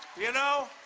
you know,